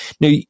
Now